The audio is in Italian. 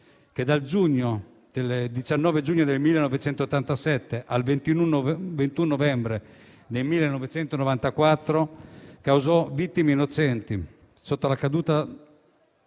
che, dal 19 giugno del 1987 al 21 novembre del 1994, causò vittime innocenti (24 morti,